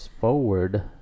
forward